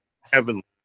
heavenly